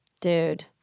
Dude